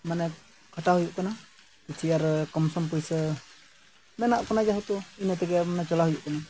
ᱢᱟᱱᱮ ᱠᱷᱟᱴᱟᱣ ᱦᱩᱭᱩᱜ ᱠᱟᱱᱟ ᱠᱤᱪᱷᱩ ᱟᱨᱚ ᱠᱚᱢ ᱥᱚᱢ ᱯᱚᱭᱥᱟ ᱢᱮᱱᱟᱜ ᱵᱚᱱᱟ ᱡᱮᱦᱮᱛᱩ ᱤᱱᱟᱹ ᱛᱮᱜᱮ ᱢᱟᱱᱮ ᱪᱟᱞᱟᱣ ᱦᱩᱭᱩᱜ ᱠᱟᱱᱟ